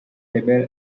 rebel